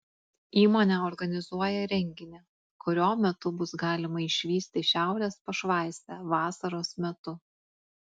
įmonė organizuoja renginį kurio metu bus galima išvysti šiaurės pašvaistę vasaros metu